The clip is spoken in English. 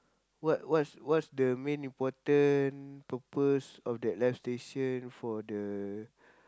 what what's what's the main important purpose of that live station for the